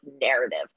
narrative